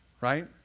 right